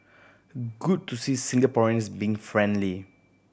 good to see Singaporeans being friendly